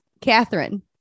Catherine